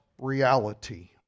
reality